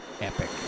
epic